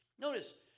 Notice